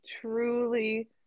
truly